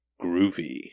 groovy